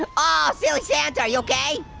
and ah silly santa, are you okay?